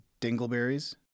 dingleberries